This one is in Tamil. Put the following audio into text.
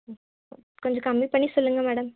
ம் கொஞ்சம் கம்மி பண்ணி சொல்லுங்க மேடம்